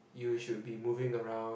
you should be moving around